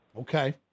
Okay